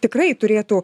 tikrai turėtų